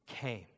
came